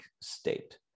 state